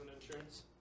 insurance